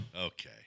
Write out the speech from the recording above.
Okay